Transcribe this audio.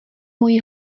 moji